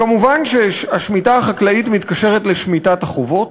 כמובן, השמיטה החקלאית מתקשרת לשמיטת החובות,